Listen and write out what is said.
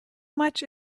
much